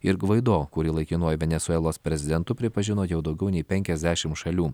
ir gvaido kurį laikinuoju venesuelos prezidentu pripažino jau daugiau nei penkiasdešimt šalių